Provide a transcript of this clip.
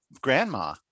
grandma